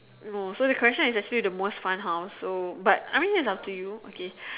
no so the question is actually the most fun house so but I mean it's up to you okay